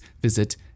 visit